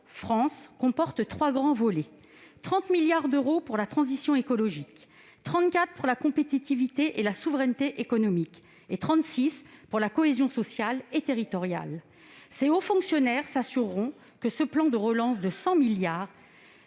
Relance comporte trois grands volets : 30 milliards d'euros pour la transition écologique, 34 milliards d'euros pour la compétitivité et la souveraineté économique et 36 milliards d'euros pour la cohésion sociale et territoriale. Ces hauts fonctionnaires s'assureront que ce plan de relance, de 100 milliards